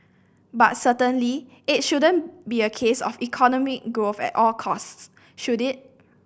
but certainly it shouldn't be a case of economic growth at all costs should it